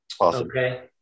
Okay